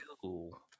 cool